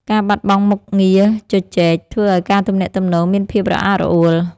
ការបាត់បង់មុខងារជជែក ធ្វើឱ្យការទំនាក់ទំនងមានភាពរអាក់រអួល។